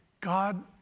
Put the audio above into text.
God